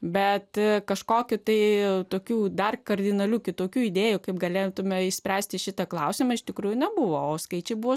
bet kažkokiu tai tokių dar kardinalių kitokių idėjų kaip galėtumėme išspręsti šitą klausimą iš tikrųjų nebuvo o skaičiai buvo